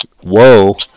whoa